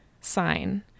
sign